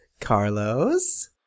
Carlos